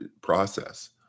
process